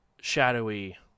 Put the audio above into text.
shadowy